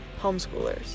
Homeschoolers